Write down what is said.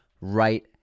right